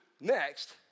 next